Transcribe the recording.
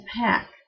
pack